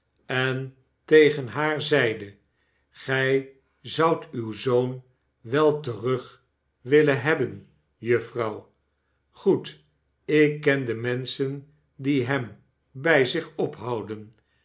en tegen haar zeide gij zoudt uw zoon wel terug willen hebben juffrouw goed ik ken de menschen die hem bij zich ophouden